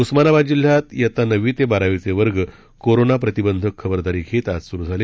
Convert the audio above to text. उस्मानाबाद जिल्ह्यात नववी ते बारावीचे वर्ग कोरोना प्रतिबंधक खबरदारी घेत आज सुरु झाले